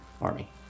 army